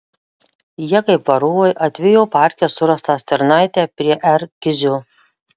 jie kaip varovai atvijo parke surastą stirnaitę prie r kizio